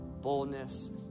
boldness